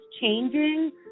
changing